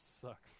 suck